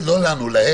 גם לנו אין.